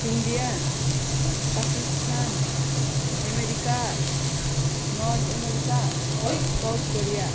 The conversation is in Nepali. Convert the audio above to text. India Pakistan America north America Korea